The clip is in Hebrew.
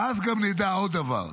ואז גם נדע עוד דבר: